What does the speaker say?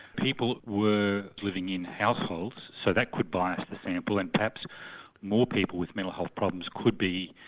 people were living in households, so that could bias the sample, and perhaps more people with mental health problems could be,